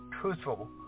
Truthful